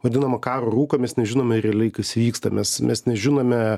vadinamą karo rūką mes nežinome realiai kas vyksta mes mes nežinome